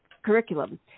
Curriculum